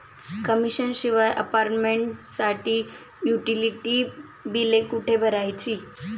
Commission शिवाय अपार्टमेंटसाठी utility बिले कुठे भरायची?